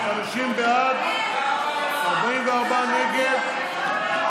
50 בעד, 44 נגד.